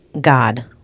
God